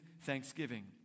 thanksgiving